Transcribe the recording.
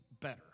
better